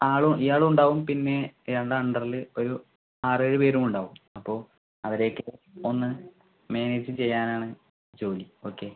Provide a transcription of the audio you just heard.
ഇയാളും ഉണ്ടാവും പിന്നെ ഇയാളുടെ അണ്ടറിൽ ഒരു ആറേഴ് പേരും ഉണ്ടാവും അപ്പോൾ അവരെ ഒക്കെ ഒന്ന് മാനേജിംഗ് ചെയ്യാൻ ആണ് ജോലി ഓക്കെ